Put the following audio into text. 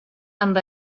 amb